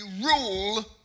rule